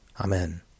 Amen